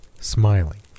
smiling